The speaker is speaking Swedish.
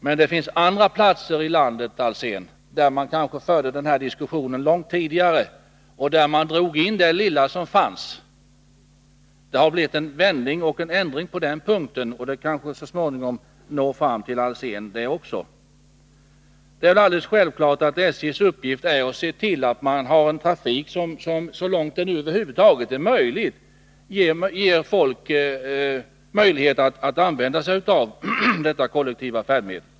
Men det finns andra platser i landet, Hans Alsén, om vilka man fört den här diskussionen långt tidigare och där man drog in det lilla som fanns. Det har nu blivit en vändning på den punkten, och det kanske så småningom når fram till Hans Alsén också. Det är alldeles självklart att SJ:s uppgift är att se till att man har en trafik som så långt det går ger möjlighet för folk att använda sig av detta kollektiva färdmedel.